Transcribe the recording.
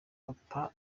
papa